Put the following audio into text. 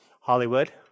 Hollywood